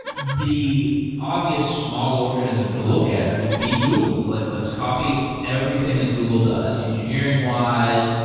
the obvious model organism to look at would be google. like, let's copy everything that google does engineering-wise,